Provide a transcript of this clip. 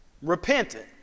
Repentant